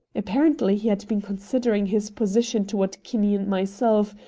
apparently he had been considering his position toward kinney and myself,